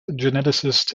geneticist